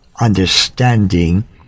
understanding